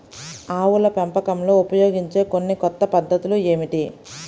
ఆవుల పెంపకంలో ఉపయోగించే కొన్ని కొత్త పద్ధతులు ఏమిటీ?